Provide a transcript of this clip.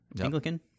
Anglican